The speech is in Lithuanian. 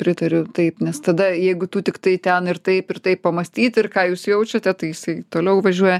pritariu taip nes tada jeigu tu tiktai ten ir taip ir tai pamąstyti ir ką jūs jaučiate tai jisai toliau važiuoja